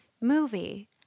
movie